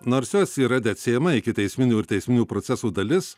nors jos yra neatsiejama ikiteisminių ir teisminių procesų dalis